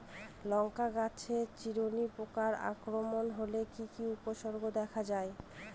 লঙ্কা গাছের চিরুনি পোকার আক্রমণ হলে কি কি উপসর্গ দেখা যায়?